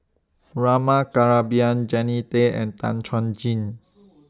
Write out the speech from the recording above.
Rama Kannabiran Jannie Tay and Tan Chuan Jin